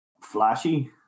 flashy